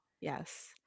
Yes